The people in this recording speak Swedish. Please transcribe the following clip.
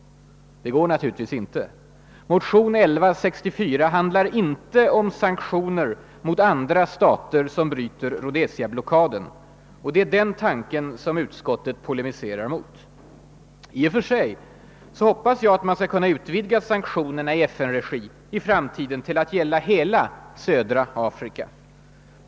Det går naturligtvis inte. Motionen II: 1164 handlar inte om sanktioner mot andra stater som bryter Rhodesiablockaden, vilket är den tanke som utskottet polemiserar emot. I och för sig hoppas jag man skall kunna utvidga sanktioner i FN-regi i framtiden till att gälla hela södra Afrika om läget där fortsätter att förvärras.